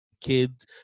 kids